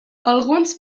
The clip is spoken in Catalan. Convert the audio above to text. alguns